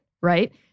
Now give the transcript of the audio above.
right